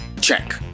check